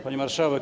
Pani Marszałek!